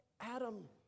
Adam